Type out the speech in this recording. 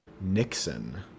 Nixon